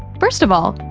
first of all,